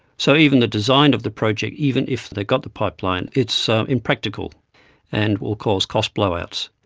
so even the design of the project, even if they got the pipeline, it's impractical and will cause cost blowouts.